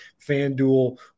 FanDuel